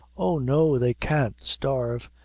oh! no, they can't starve.